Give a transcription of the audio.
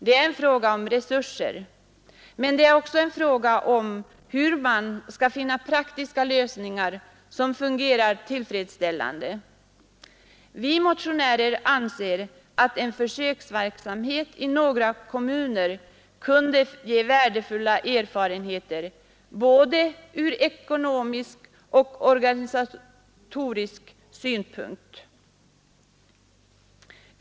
Det är en fråga om resurser, men det är också en fråga om hur man skall finna praktiska lösningar, som fungerar tillfredsställande. Vi motionärer anser att en försöksverksamhet i några kommuner kunde ge värdefulla erfarenheter både ur ekonomisk och organisatorisk synpunkt.